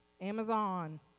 Amazon